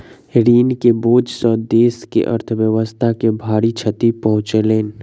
ऋण के बोझ सॅ देस के अर्थव्यवस्था के भारी क्षति पहुँचलै